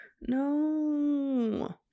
No